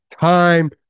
time